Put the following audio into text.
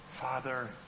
Father